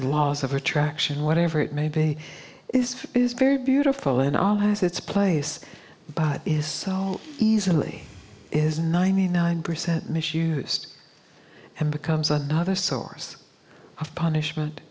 laws of attraction whatever it may be is is very beautiful and all has its place but is so easily is ninety nine percent misused and becomes another source of punishment